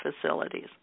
facilities